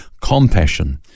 compassion